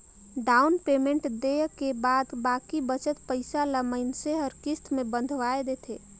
down payment देय के बाद बाकी बचत पइसा ल मइनसे हर किस्त में बंधवाए देथे